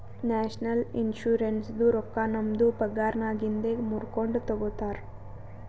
national ಇನ್ಶುರೆನ್ಸದು ರೊಕ್ಕಾ ನಮ್ದು ಪಗಾರನ್ನಾಗಿಂದೆ ಮೂರ್ಕೊಂಡು ತಗೊತಾರ್